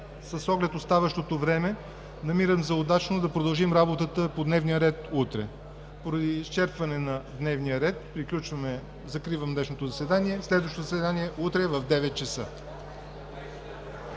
с оглед оставащото време, намирам за удачно да продължим работата по точката утре. Поради изчерпване на дневния ред закривам днешното заседание. Следващо заседание – утре в 9,00 ч.